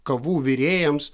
kavų virėjams